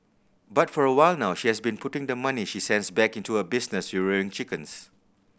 but for a while now she has been putting the money she sends back into a business rearing chickens